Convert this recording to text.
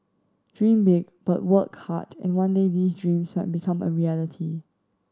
dream big but work hard and one day these dreams might become a reality